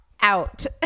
Out